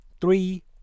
three